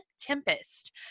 Tempest